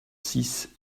six